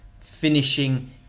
finishing